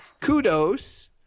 kudos